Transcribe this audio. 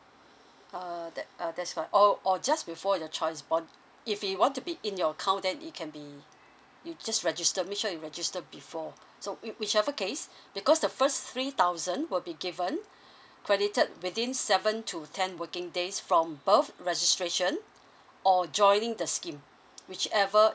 err that uh that's what oh or just before your child is born if you want to be in your account then it can be you just register make sure you register before so which whichever case because the first three thousand will be given credited within seven to ten working days from birth registration or joining the scheme whichever